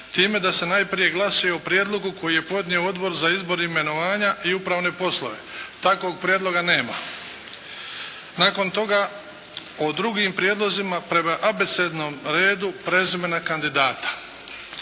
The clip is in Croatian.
time da se najprije glasuje o prijedlogu koji je podnio Odbor za izbor, imenovanja i upravne poslove.". Takvog prijedloga nema. Nakon toga o drugim prijedlozima prema abecednom redu prezimena kandidata.